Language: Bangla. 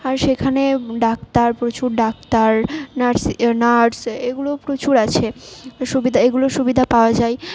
আর সেখানে ডাক্তার প্রচুর ডাক্তার নার্স এগুলোও প্রচুর আছে সুবিধা এগুলোর সুবিধা পাওয়া যায়